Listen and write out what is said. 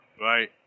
Right